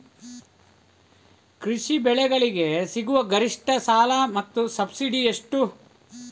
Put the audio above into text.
ಕೃಷಿ ಬೆಳೆಗಳಿಗೆ ಸಿಗುವ ಗರಿಷ್ಟ ಸಾಲ ಮತ್ತು ಸಬ್ಸಿಡಿ ಎಷ್ಟು?